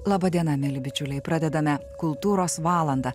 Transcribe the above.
laba diena mieli bičiuliai pradedame kultūros valandą